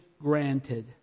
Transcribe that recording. granted